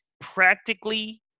practically